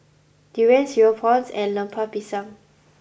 Durian Cereal Prawns and Lemper Pisang